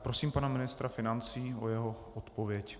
Prosím pana ministra financí o jeho odpověď.